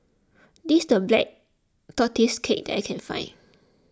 this is the Black Tortoise Cake that I can find